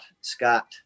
Scott